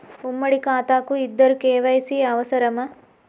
ఉమ్మడి ఖాతా కు ఇద్దరు కే.వై.సీ అవసరమా?